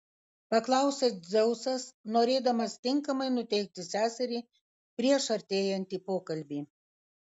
paklausė dzeusas norėdamas tinkamai nuteikti seserį prieš artėjantį pokalbį